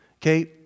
Okay